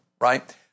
right